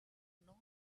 known